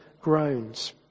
groans